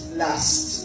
last